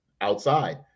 outside